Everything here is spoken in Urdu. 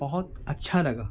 بہت اچھا لگا